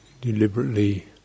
deliberately